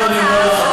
עכשיו אני אומר לך,